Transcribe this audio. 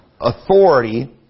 authority